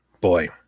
boy